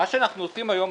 מה שאנחנו עושים היום,